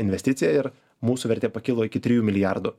investiciją ir mūsų vertė pakilo iki trijų milijardų